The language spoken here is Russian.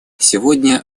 сегодня